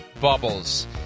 bubbles